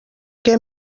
què